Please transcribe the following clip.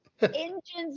Engines